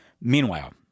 Meanwhile